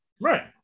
Right